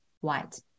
white